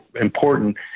important